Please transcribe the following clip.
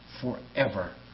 forever